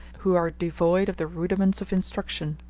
who are devoid of the rudiments of instruction.